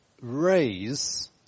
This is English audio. raise